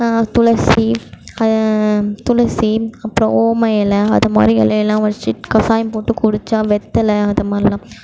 துளசி துளசி அப்பறம் ஓம எலை அதுமாதிரி இலையெல்லாம் வச்சு கஷாயம் போட்டு குடித்தா வெத்தலை அது மாதிரிலாம்